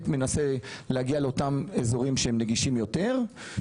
מנסה להגיע לאותם אזורים שהם נגישים יותר.